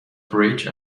bridge